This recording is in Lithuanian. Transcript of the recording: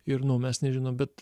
ir nu mes nežinom bet